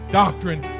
doctrine